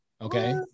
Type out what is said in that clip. Okay